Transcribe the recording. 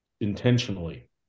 intentionally